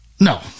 No